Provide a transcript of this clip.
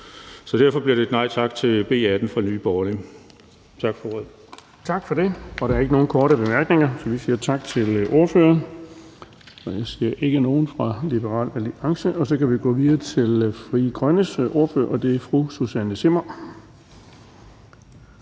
ordet. Kl. 17:21 Den fg. formand (Erling Bonnesen): Tak for det. Der er ikke nogen korte bemærkninger, så vi siger tak til ordføreren. Jeg ser ikke nogen fra Liberal Alliance, og så kan vi gå videre til Frie Grønnes ordfører, og det er fru Susanne Zimmer.